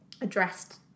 addressed